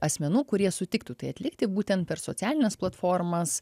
asmenų kurie sutiktų tai atlikti būtent per socialines platformas